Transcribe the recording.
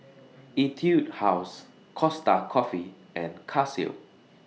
Etude House Costa Coffee and Casio